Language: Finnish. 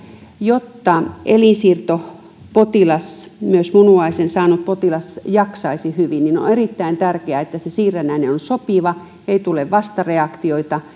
jotta elinsiirtopotilas myös munuaisen saanut potilas jaksaisi hyvin niin on erittäin tärkeää että siirrännäinen on sopiva ei tule vastareaktioita